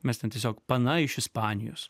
mes ten tiesiog pana iš ispanijos